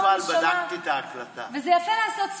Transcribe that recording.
אני באתי לכבד אותך, אני מקשיבה לך.